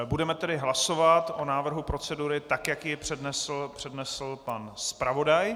Budeme tedy hlasovat o návrhu procedury, tak jak ji přednesl pan zpravodaj.